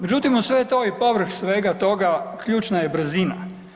Međutim, uz sve to i povrh svega toga ključna je brzina.